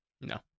No